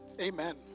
Amen